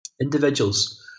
individuals